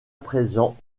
présent